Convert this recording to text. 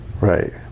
right